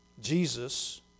Jesus